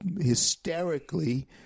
hysterically